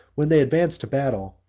when they advance to battle,